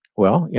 well, yeah